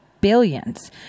billions